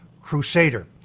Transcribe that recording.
crusader